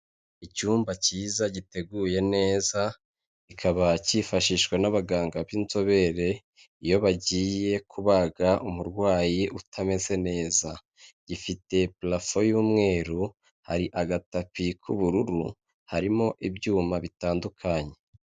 Icyumba cyiza giteguye neza, kikaba cyifashishwa n'abaganga b'inzobere iyo bagiye kubaga umurwayi utameze neza, gifite purafo y'umweru, hari agatapi k'ubururu, harimo ibyuma bitandukanye.